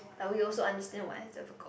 but we also understand why it's difficult